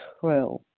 true